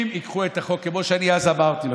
אם ייקחו את החוק, כמו שאני אז אמרתי לך,